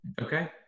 Okay